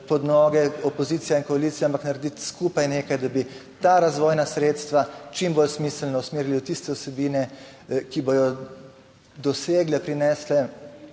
pod noge, opozicija in koalicija, ampak, narediti skupaj nekaj, da bi ta razvojna sredstva čim bolj smiselno usmerili v tiste vsebine, ki bodo dosegle, prinesle